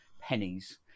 pennies